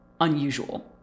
unusual